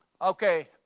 Okay